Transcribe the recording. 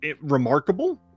remarkable